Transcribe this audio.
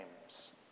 names